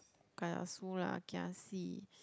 kiasu lah kiasi